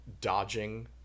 dodging